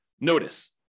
Notice